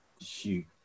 Shoot